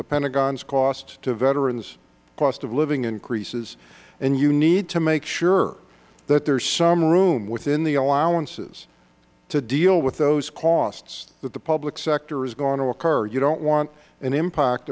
the pentagon's cost to veterans cost of living increases and you need to make sure that there is some room within the allowances to deal with those costs that the public sector is going to incur you don't want an impact